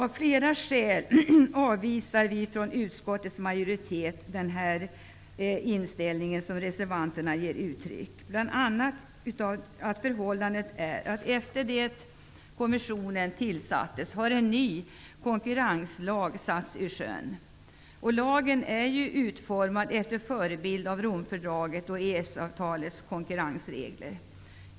Vi avvisar från utskottets majoritet av flera skäl den inställning som socialdemokraterna ger uttryck för. Bl.a. har efter det att kommissionen tillsattes en ny konkurrenslag satts i sjön. Lagen är utformad efter förebild av Romfördraget och EES-avtalets konkurrensregler.